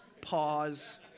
pause